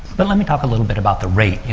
but let me talk a little bit about the rate. you